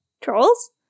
Trolls